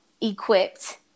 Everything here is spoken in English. equipped